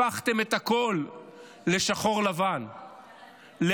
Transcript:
הפכתם את הכול לשחור-לבן, לאפור,